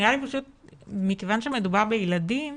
מכיוון שמדובר בילדים,